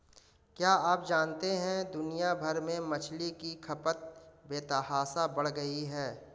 क्या आप जानते है दुनिया भर में मछली की खपत बेतहाशा बढ़ गयी है?